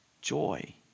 joy